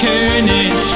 König